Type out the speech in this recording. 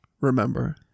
remember